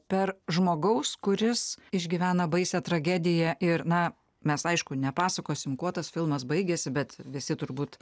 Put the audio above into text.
per žmogaus kuris išgyvena baisią tragediją ir na mes aišku nepasakosim kuo tas filmas baigėsi bet visi turbūt